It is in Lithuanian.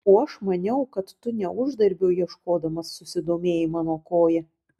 o aš maniau kad tu ne uždarbio ieškodamas susidomėjai mano koja